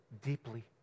deeply